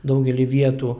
daugelį vietų